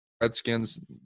Redskins